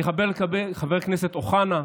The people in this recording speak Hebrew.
אני אדבר לחבר הכנסת אוחנה.